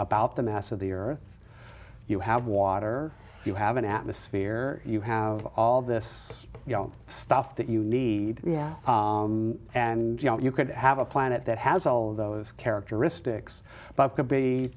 the mass of the earth you have water you have an atmosphere you have all this stuff that you need yeah and you know you could have a planet that has all those characteristics but could be